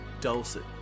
dulcet